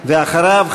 ואחריו,